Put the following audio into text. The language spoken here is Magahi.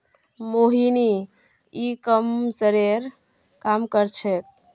मोहिनी ई कॉमर्सेर काम कर छेक्